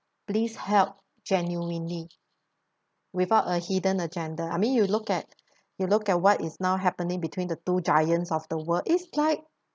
please help genuinely without a hidden agenda I mean you look at you look at what is now happening between the two giants of the world it's like